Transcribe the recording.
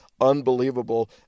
unbelievable